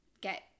get